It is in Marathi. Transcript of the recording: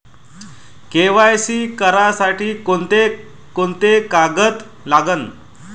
के.वाय.सी करासाठी कोंते कोंते कागद लागन?